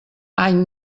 any